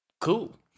Cool